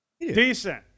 Decent